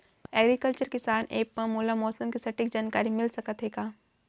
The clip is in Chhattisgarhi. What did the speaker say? एग्रीकल्चर किसान एप मा मोला मौसम के सटीक जानकारी मिलिस सकत हे का?